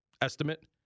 estimate